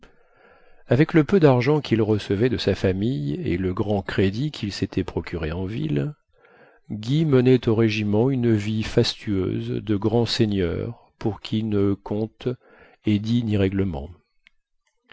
avec le peu dargent quil recevait de sa famille et le grand crédit quil sétait procuré en ville guy menait au régiment une vie fastueuse de grand seigneur pour qui ne comptent édits ni règlements